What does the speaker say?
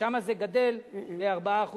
שם זה גדל ל-4%.